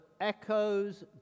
echoes